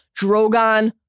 Drogon